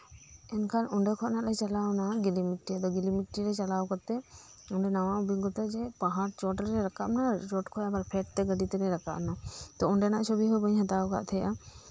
ᱚᱱᱰᱮ ᱠᱷᱚᱱᱟᱜ ᱞᱮ ᱪᱟᱞᱟᱣ ᱱᱟ ᱜᱤᱨᱤ ᱢᱤᱴᱤ ᱜᱤᱴᱤ ᱠᱷᱚᱱᱟᱜ ᱪᱟᱞᱟᱣ ᱠᱟᱛᱮ ᱱᱟᱣᱟ ᱚᱵᱷᱤᱜᱚᱛᱟ ᱡᱮ ᱯᱟᱦᱟᱲ ᱪᱚᱴ ᱞᱮ ᱨᱟᱠᱟᱵᱽ ᱮᱱᱟ ᱯᱟᱦᱟᱲ ᱪᱚᱴ ᱠᱷᱚᱱ ᱟᱵᱟᱨ ᱯᱷᱮᱰᱛᱮ ᱜᱟᱹᱰᱤ ᱛᱮᱞᱮ ᱨᱟᱠᱟᱵᱽ ᱮᱱᱟ ᱛᱳ ᱚᱱᱰᱮᱱᱟᱜ ᱪᱷᱚᱵᱤ ᱦᱚᱸ ᱵᱟᱹᱧ ᱦᱟᱛᱟᱣ ᱠᱟᱫᱟ